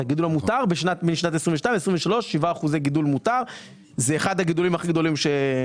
זה אחד הגידולים הכי גדולים.